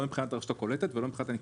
לא מבחינת הרשות הקולטת ולא מבחינת הנקלטת.